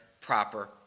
proper